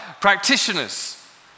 practitioners